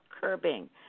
curbing